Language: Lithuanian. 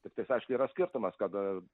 tiktais aišku yra skirtumas kad